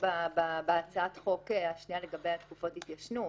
בהצעת החוק השנייה לגבי תקופות ההתיישנות.